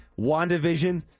WandaVision